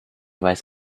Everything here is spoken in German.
weiß